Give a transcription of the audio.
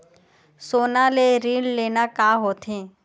सोना ले ऋण लेना का होथे?